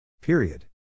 Period